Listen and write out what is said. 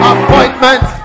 Appointment